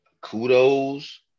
kudos